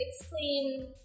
explain